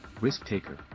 risk-taker